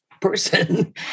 person